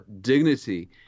dignity